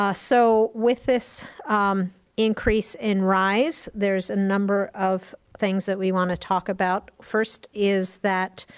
ah so with this increase in rise, there's a number of things that we wanna talk about. first is that,